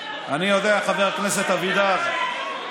חבר הכנסת אבידר.